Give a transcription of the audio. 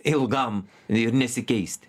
ilgam ir nesikeisti